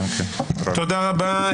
תודה רבה.